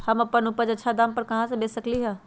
हम अपन उपज अच्छा दाम पर कहाँ बेच सकीले ह?